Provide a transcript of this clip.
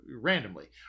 randomly